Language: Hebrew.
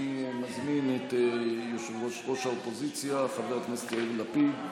אני מזמין את יושב-ראש האופוזיציה חבר הכנסת לפיד,